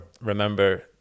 Remember